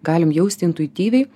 galim jausti intuityviai